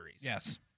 Yes